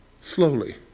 Slowly